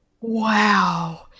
wow